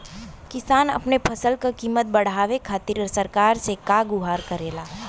किसान अपने फसल क कीमत बढ़ावे खातिर सरकार से का गुहार करेला?